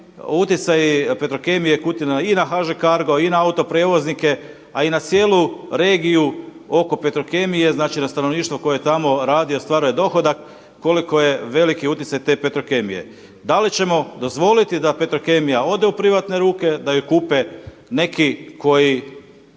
utjecaji Petrokemije Kutina i na HŽ Cargo, i na autoprijevoznike, a i na cijelu regiju oko Petrokemije, znači na stanovništvo koje tamo radi, ostvaruje dohodak koliko je veliki utjecaj te Petrokemije. Da li ćemo dozvoliti da Petrokemija ode u privatne ruke da ju kupe neki koji